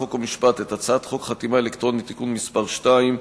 חוק ומשפט את הצעת חוק חתימה אלקטרונית (תיקון מס' 2),